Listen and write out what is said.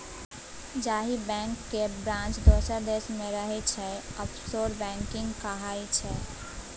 जाहि बैंक केर ब्रांच दोसर देश मे रहय छै आफसोर बैंकिंग कहाइ छै